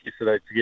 yesterday